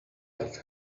like